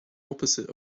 opposite